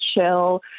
chill